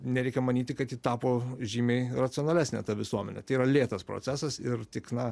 nereikia manyti kad ji tapo žymiai racionalesnė ta visuomenė tai yra lėtas procesas ir tik na